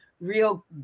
real